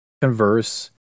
converse